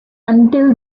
until